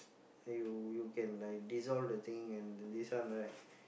you you can like dissolve the thing and this one right